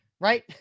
right